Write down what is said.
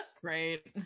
Great